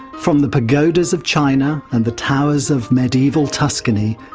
from the pagodas of china and the towers of medieval tuscany,